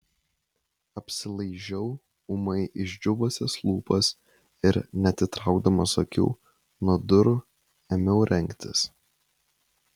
apsilaižiau ūmai išdžiūvusias lūpas ir neatitraukdamas akių nuo durų ėmiau rengtis